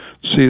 See